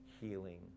healing